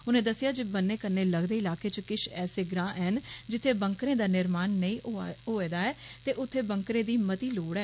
उनें दस्सेया जे बन्नै कन्नै लगदे इलाकें च किश ऐसे ग्रां ऐन जित्थे बंकरें दा निर्माण नेंई होए दा ऐ ते उत्थे बंकरें दी मती लोढ़ ऐ